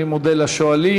אני מודה לשואלים.